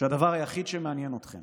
שהדבר היחיד שמעניין אתכם